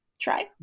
try